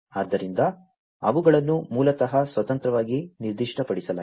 ಆದ್ದರಿಂದ ಅವುಗಳನ್ನು ಮೂಲತಃ ಸ್ವತಂತ್ರವಾಗಿ ನಿರ್ದಿಷ್ಟಪಡಿಸಲಾಗಿದೆ